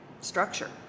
structure